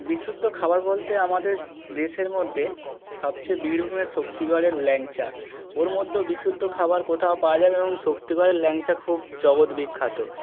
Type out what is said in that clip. বিশুদ্ধ খাবার বলতে আমাদের দেশের মধ্যে সবচেয়ে বীরভূমের শক্তিগরের ল্যাংচা ওর মধ্যে বিশুদ্ধ খাবার কোথাও পাওয়া যাবে এবং শক্তিগড়ের ল্যাঙচা খুব জগৎ বিখ্যাত